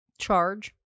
charge